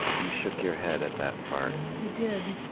you shook your head at that part. i did.